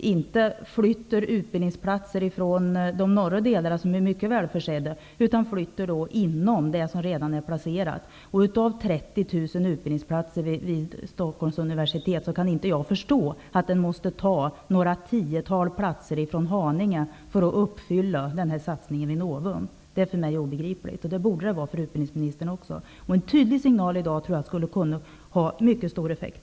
inte utbildningsplatser från de norra delarna som är mycket välförsedda, utan flyttar de som redan är placerade i regionen. Jag kan inte förstå att man måste ta några tiotal platser från Haninge för att uppfylla satsningen vid Novum när det finns 30 000utbildningsplatser vid Stockholms universitet. Det är för mig obegripligt, och det borde det vara för utbildningsministern också. Jag tror att en tydlig signal i dag skulle kunna ha en mycket stor effekt.